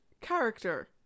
character